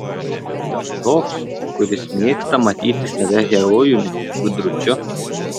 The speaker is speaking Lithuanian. ir dar toks kuris mėgsta matyti save herojumi gudručiu